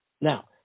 Now